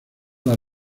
las